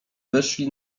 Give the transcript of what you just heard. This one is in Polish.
weszli